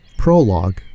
Prologue